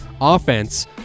offense –